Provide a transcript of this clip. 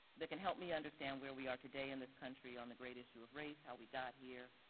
that can help me understand where we are today in this country on the great issue of race, how we got here.